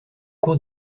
cours